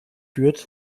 führt